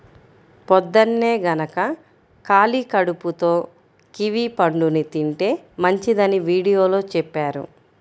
పొద్దన్నే గనక ఖాళీ కడుపుతో కివీ పండుని తింటే మంచిదని వీడియోలో చెప్పారు